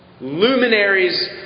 luminaries